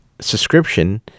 subscription